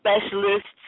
specialists